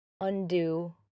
undo